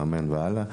מאמן וכן הלאה.